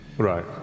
right